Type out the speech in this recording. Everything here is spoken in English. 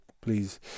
please